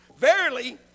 Verily